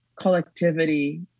collectivity